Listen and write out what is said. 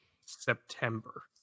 September